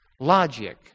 Logic